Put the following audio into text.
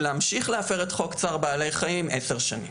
להמשיך להפר את חוק צער בעלי חיים עשר שנים.